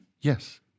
Yes